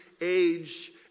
age